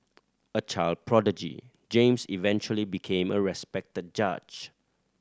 a child prodigy James eventually became a respected judge